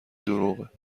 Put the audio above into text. دروغه